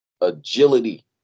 agility